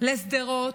לשדרות,